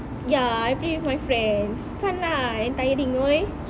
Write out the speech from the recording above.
ya I play with my friends fun lah and tiring !oi!